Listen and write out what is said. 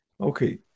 Okay